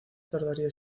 tardaría